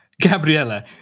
Gabriella